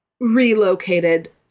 relocated